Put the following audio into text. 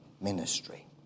ministry